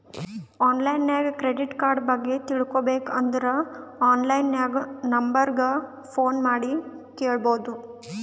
online ನಾಗ್ credit card ಬಗ್ಗೆ ತಿಳ್ಕೋಬೇಕ್ ಅಂದುರ್ ಆನ್ಲೈನ್ ನಾಗ್ ನಂಬರ್ ಗ ಫೋನ್ ಮಾಡಿ ಕೇಳ್ಬೋದು